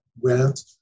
went